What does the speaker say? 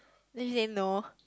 then she say no